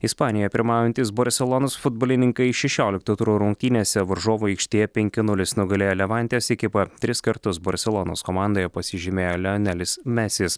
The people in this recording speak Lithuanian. ispanijoje pirmaujantys barselonos futbolininkai šešiolikto turo rungtynėse varžovų aikštėje penki nulis nugalėjo levantės ekipą tris kartus barselonos komandoje pasižymėjo lionelis mesis